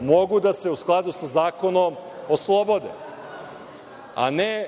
mogu da se u skladu sa zakonom oslobode, a ne